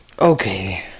Okay